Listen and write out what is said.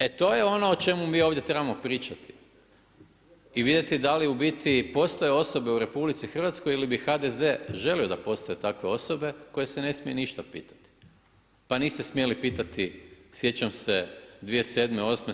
E to je ono o čemu mi ovdje trebamo pričati i vidjeti da li u biti postoje osobe u RH ili bi HDZ želio da postoje takve osobe koje se ne smije ništa pitati pa niste smjeli pitati, sjećam se 2007., 2008.